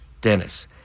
Dennis